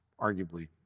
arguably